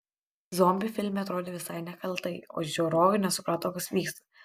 zombiai filme atrodė visai nekaltai o žiūrovai nesuprato kas vyksta